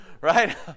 Right